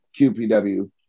QPW